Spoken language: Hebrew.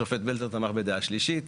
עוד שופט בדעה שלישית.